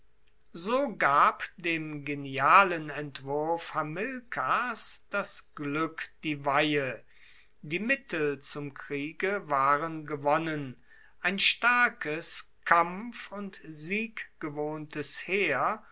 so gab dem genialen entwurf hamilkars das glueck die weihe die mittel zum kriege waren gewonnen ein starkes kampf und sieggewohntes heer